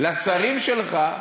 לשרים שלך,